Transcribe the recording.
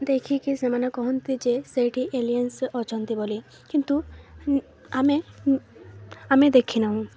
ଦେଖିକି ସେମାନେ କହନ୍ତି ଯେ ସେଇଠି ଏଲିଏନ୍ସ ଅଛନ୍ତି ବୋଲି କିନ୍ତୁ ଆମେ ଆମେ ଦେଖିନାହୁଁ